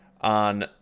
on